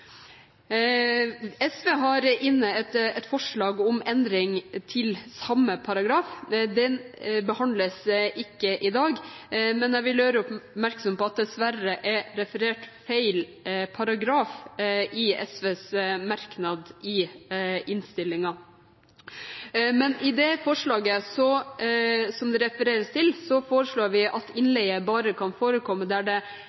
SV har inne et forslag om endring til samme paragraf. Den behandles ikke i dag, men jeg vil gjøre oppmerksom på at det dessverre er referert feil paragraf i SVs merknad i innstillingen. I det forslaget som det refereres til, foreslår vi at innleie bare kan forekomme der